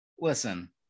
listen